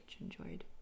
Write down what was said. enjoyed